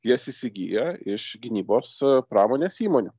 jas įsigyja iš gynybos pramonės įmonių